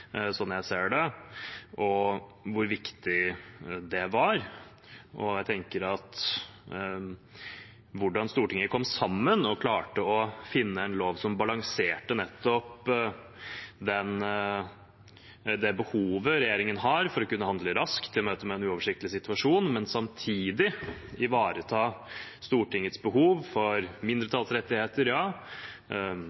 sånn jeg ser det, og hvor viktig det var. Jeg tenker på hvordan Stortinget kom sammen og klarte å finne en lov som balanserte nettopp det behovet regjeringen har for å kunne handle raskt i møte med en uoversiktlig situasjon, med samtidig å ivareta Stortingets behov for